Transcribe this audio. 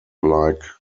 like